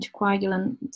anticoagulant